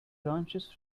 branches